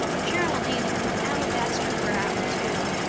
geraldine had an alabaster brow too.